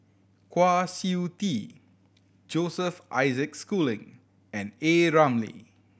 Kwa Siew Tee Joseph Isaac Schooling and A Ramli